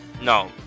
No